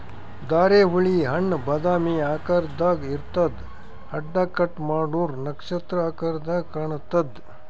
ಧಾರೆಹುಳಿ ಹಣ್ಣ್ ಬಾದಾಮಿ ಆಕಾರ್ದಾಗ್ ಇರ್ತದ್ ಅಡ್ಡ ಕಟ್ ಮಾಡೂರ್ ನಕ್ಷತ್ರ ಆಕರದಾಗ್ ಕಾಣತದ್